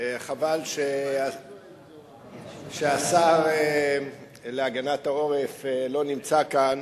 חבל שהשר להגנת העורף לא נמצא כאן,